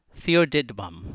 Theodidbum